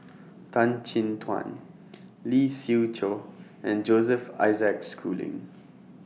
Tan Chin Tuan Lee Siew Choh and Joseph Isaac Schooling